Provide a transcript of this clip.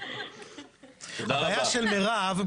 הבעיה של מירב,